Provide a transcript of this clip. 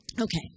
Okay